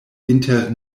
inter